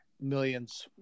millions